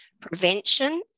Prevention